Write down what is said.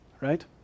Right